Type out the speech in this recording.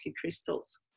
crystals